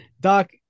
doc